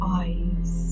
eyes